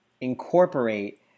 incorporate